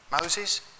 Moses